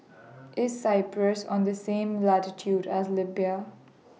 IS Cyprus on The same latitude as Libya